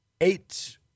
eight